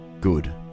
good